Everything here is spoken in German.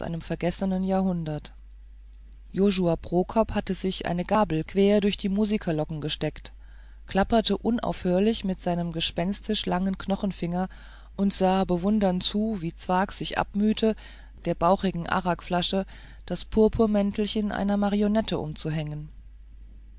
vergessenen jahrhundert josua prokop hatte sich eine gabel quer durch die musikerlocken gesteckt klapperte unaufhörlich mit seinen gespenstisch langen knochenfingern und sah bewundernd zu wie sich zwakh abmühte der bauchigen arakflasche das purpurmäntelchen einer marionette umzuhängen